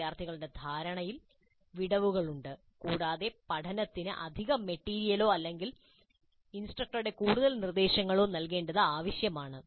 വിദ്യാർത്ഥികളുടെ ധാരണയിൽ വിടവുകളുണ്ട് കൂടാതെ പഠനത്തിന് അധിക മെറ്റീരിയലോ അല്ലെങ്കിൽ ഇൻസ്ട്രക്ടറുടെ കൂടുതൽ നിർദ്ദേശങ്ങളോ നൽകേണ്ടത് ആവശ്യമാണ്